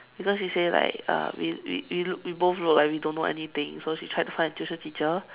because you say like uh we we we look we both look like we don't know anything so she tried to find a tuition teacher